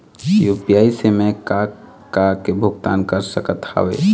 UPI से मैं का का के भुगतान कर सकत हावे?